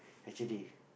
actually